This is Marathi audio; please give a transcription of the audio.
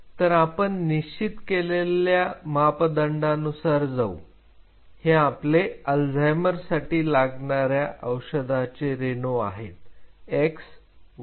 तर आपण निश्चित केलेला मापदंडानुसार जाऊ हे आपले अल्झायमर साठी लागणाऱ्या औषधांचे रेणू आहेत x y आणि z